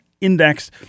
Index